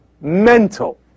mental